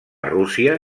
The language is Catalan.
rússia